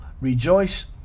rejoice